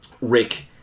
Rick